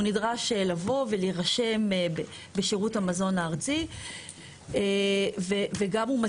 הוא נדרש לבוא ולהירשם בשירות המזון הארצי וגם הוא מצהיר.